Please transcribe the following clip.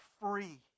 free